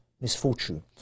misfortune